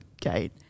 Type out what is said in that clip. gate